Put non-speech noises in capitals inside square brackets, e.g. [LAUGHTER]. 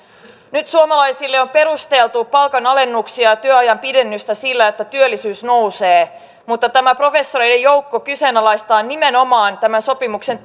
nyt suomalaisille on perusteltu palkanalennuksia ja työajan pidennystä sillä että työllisyys nousee mutta tämä professoreiden joukko kyseenalaistaa nimenomaan tämän sopimuksen [UNINTELLIGIBLE]